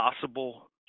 possible